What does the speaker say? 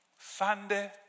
Sunday